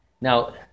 Now